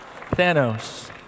Thanos